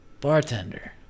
Bartender